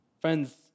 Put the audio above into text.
Friends